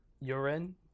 Urine